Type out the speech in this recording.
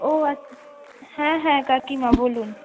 ও আচ্ছা হ্যাঁ হ্যাঁ কাকিমা বলুন